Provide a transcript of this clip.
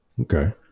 Okay